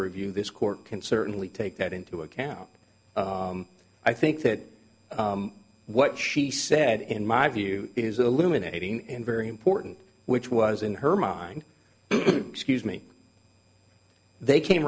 review this court can certainly take that into account i think that what she said in my view is the lumen aiding and very important which was in her mind scuse me they came